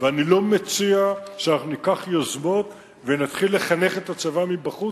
ואני לא מציע שאנחנו ניקח יוזמות ונתחיל לחנך את הצבא מבחוץ,